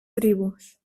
tribus